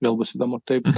vėl bus įdomu taip